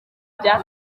bya